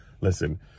Listen